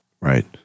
right